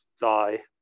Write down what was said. die